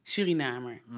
Surinamer